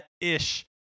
ish